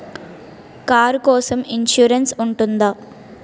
Car కోసం insurance ఉంటుందా?